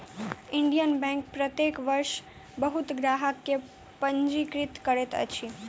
Indian bank प्रत्येक वर्ष बहुत ग्राहक के पंजीकृत करैत अछि